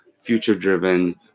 future-driven